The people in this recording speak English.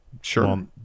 sure